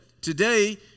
Today